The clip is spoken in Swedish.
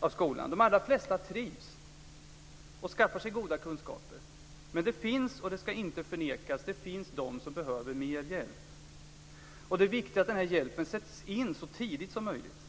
av skolan. De allra flesta trivs och skaffar sig goda kunskaper men det finns - detta ska inte förnekas - de som behöver mer hjälp. Det är viktigt att den hjälpen sätts in så tidigt som möjligt.